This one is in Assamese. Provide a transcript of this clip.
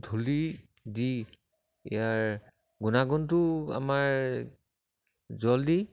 ধূলি দি ইয়াৰ গুণাগুণটো আমাৰ জলদি